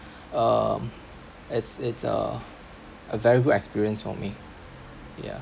um it's it's uh a very good experience for me yeah